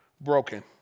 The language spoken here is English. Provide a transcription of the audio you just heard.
broken